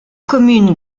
commune